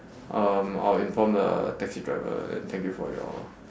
um I'll inform the taxi driver and thank you for your